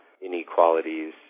inequalities